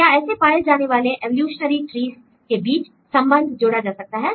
क्या ऐसे पाए जाने वाले इवोल्यूशनरी ट्रीज् के बीच संबंध जोड़ा जा सकता है